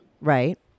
Right